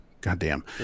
goddamn